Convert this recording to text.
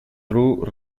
threw